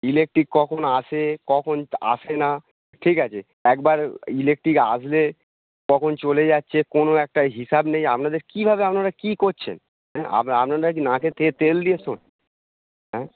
electric কখন আসে কখন আসে না ঠিক আছে একবার ইলেকট্রিক আসলে কখন চলে যাচ্ছে কোনো একটা হিসাব নেই আপনাদের কীভাবে আপনারা কী করছেন হ্যাঁ আপনারা কি নাকে তেল দিয়ে শোন হ্যাঁ